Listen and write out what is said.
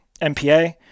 MPA